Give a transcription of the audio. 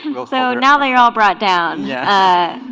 and but so now they are all brought down yeah